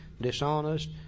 dishonest